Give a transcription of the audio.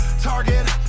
target